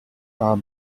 are